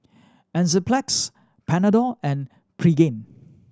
Enzyplex Panadol and Pregain